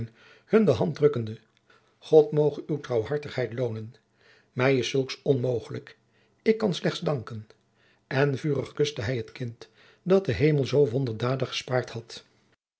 hun de hand drukkend god moge uwe trouwhartigheid loonen mij is zulks onmogelijk ik kan slechts danken en vurig kuste hij het kind dat de hemel zoo wonderdadig gespaard had